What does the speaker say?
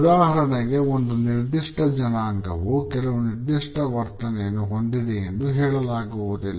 ಉದಾಹರಣೆಗೆ ಒಂದು ನಿರ್ದಿಷ್ಟ ಜನಾಂಗವು ಕೆಲವು ನಿರ್ದಿಷ್ಟ ವರ್ತನೆಯನ್ನು ಹೊಂದಿದೆಯೆಂದು ಹೇಳಲಾಗುವುದಿಲ್ಲ